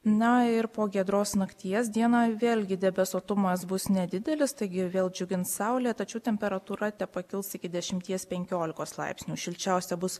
na ir po giedros nakties dieną vėlgi debesuotumas bus nedidelis taigi vėl džiugins saulė tačiau temperatūra tepakils iki dešimties penkiolikos laipsnių šilčiausia bus